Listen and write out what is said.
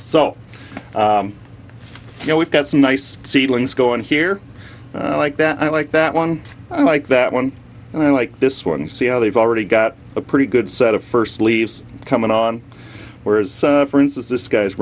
know we've got some nice seedlings going here like that i like that one i like that one and i like this one and see how they've already got a pretty good set of first leaves coming on whereas for instance this guy